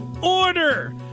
order